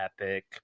epic